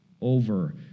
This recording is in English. over